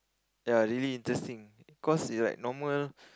ya really interesting cause it like normal